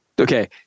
Okay